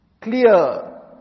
clear